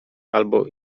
albo